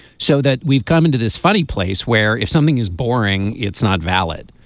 so that we've come into this funny place where if something is boring it's not valid.